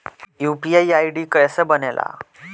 UPI ID कैसे बनेला?